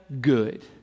good